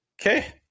okay